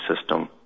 system